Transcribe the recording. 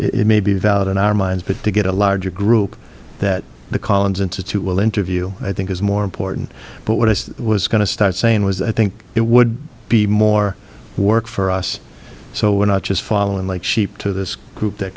it may be valid in our minds but to get a larger group that the collins institute will interview i think is more important but what i was going to start saying was i think it would be more work for us so we're not just following like sheep to this group that